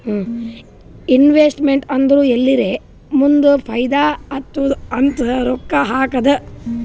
investment ಅಂದುರ್ ಎಲ್ಲಿರೇ ಮುಂದ್ ಫೈದಾ ಆತ್ತುದ್ ಅಂತ್ ರೊಕ್ಕಾ ಹಾಕದ್